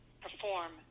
perform